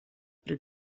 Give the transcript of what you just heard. при